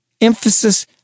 Emphasis